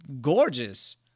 gorgeous